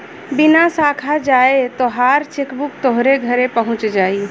बिना साखा जाए तोहार चेकबुक तोहरे घरे पहुच जाई